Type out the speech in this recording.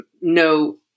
no